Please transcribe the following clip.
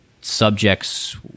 subjects